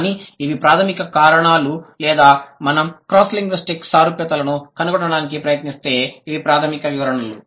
కానీ ఇవి ప్రాధమిక కారణాలు లేదా మనం క్రాస్ లింగ్విస్టిక్ సారూప్యతలను కనుగొనడానికి ప్రయత్నిస్తే ఇవి ప్రాథమిక వివరణలు